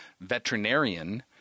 veterinarian